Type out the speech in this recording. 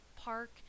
park